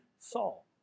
Saul